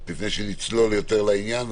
לפני שנצלול יותר לעניין,